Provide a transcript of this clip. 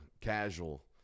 casual